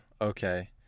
okay